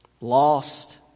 Lost